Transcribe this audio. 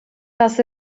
dass